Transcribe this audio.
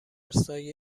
سایه